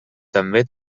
també